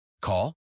Call